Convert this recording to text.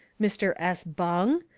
mr. s. bung?